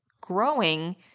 growing